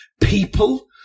people